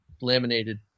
laminated